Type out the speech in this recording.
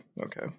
okay